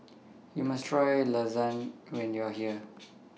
YOU must Try Lasagne when YOU Are here